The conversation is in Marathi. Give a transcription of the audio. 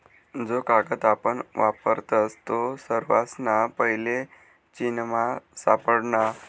जो कागद आपण वापरतस तो सर्वासना पैले चीनमा सापडना